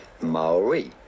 Maori